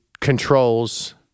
controls